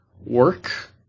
work